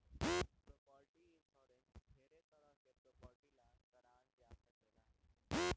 property insurance ढेरे तरह के प्रॉपर्टी ला कारवाल जा सकेला